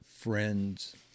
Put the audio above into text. friends